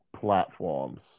platforms